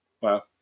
Wow